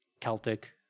celtic